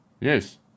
Yes